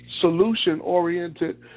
solution-oriented